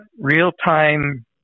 real-time